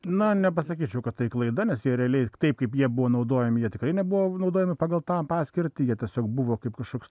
na nepasakyčiau kad tai klaida nes jie realiai taip kaip jie buvo naudojami jie tikrai nebuvo naudojami pagal tą paskirtį jie tiesiog buvo kaip kažkoks